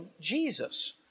Jesus